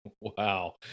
Wow